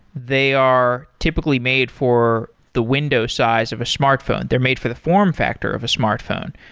they are typically made for the window size of a smartphone. they're made for the form factor of a smartphone.